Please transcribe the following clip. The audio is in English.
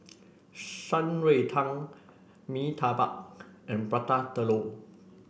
Shan Rui Tang Mee Tai Mak and Prata Telur